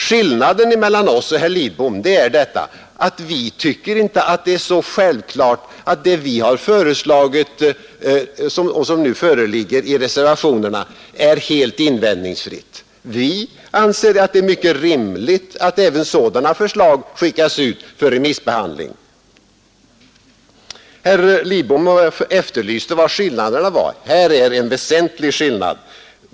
Skillnaden mellan oss och herr Lidbom är att vi inte tycker att det är så självklart att det vi föreslagit och som nu föreligger i reservationerna är helt invändningsfritt. Vi anser det mycket rimligt att även våra förslag skickas ut för remissbehandling. Herr Lidbom efterlyste skillnaderna. Här är en väsentlig skillnad.